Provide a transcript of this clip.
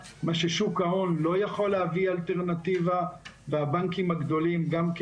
מה ששוק ההון לא יכול לעשות והבנקים הגדולים גם לא.